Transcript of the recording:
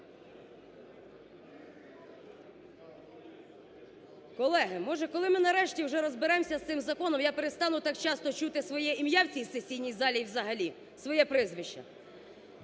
Колеги, може, коли ми нарешті вже розберемося з цим законом я перестану так часто чути своє ім'я в цій сесійній залі і взагалі, своє прізвище?